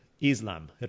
islam